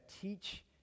teach